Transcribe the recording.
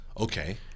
okay